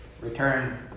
return